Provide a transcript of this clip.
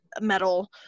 metal